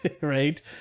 right